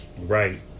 Right